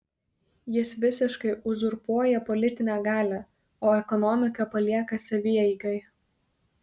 jis visiškai uzurpuoja politinę galią o ekonomiką palieka savieigai